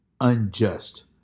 unjust